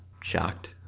shocked